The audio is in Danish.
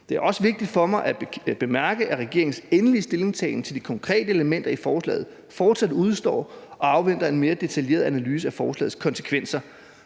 Det er også vigtigt for mig at bemærke, at regeringens endelige stillingtagen til de konkrete elementer i forslaget fortsat udestår og afventer en mere detaljeret analyse af forslagets konsekvenser.